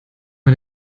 man